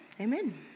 Amen